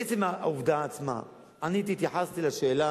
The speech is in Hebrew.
לעצם העובדה עצמה: עניתי, התייחסתי לשאלה